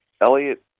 Elliot